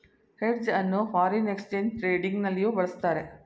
hedge ಅನ್ನು foreign exchange trading ನಲ್ಲಿಯೂ ಬಳಸುತ್ತಾರೆ